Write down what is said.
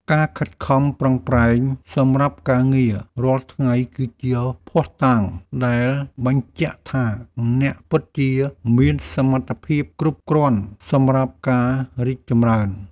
ការខិតខំប្រឹងប្រែងសម្រាប់ការងាររាល់ថ្ងៃគឺជាភស្តុតាងដែលបញ្ជាក់ថាអ្នកពិតជាមានសមត្ថភាពគ្រប់គ្រាន់សម្រាប់ការរីកចម្រើន។